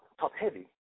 top-heavy